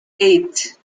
eight